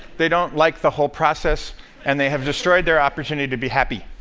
they don't like the whole process and they have destroyed their opportunity to be happy.